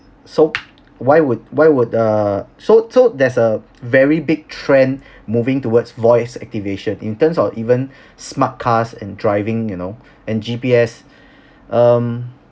so why would why would err so so there's a very big trend moving towards voice activation in terms or even smart cars in driving you know and G_P_S um